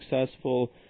successful